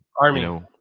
Army